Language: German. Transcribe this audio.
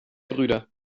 brüder